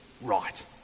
right